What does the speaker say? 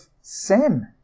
sin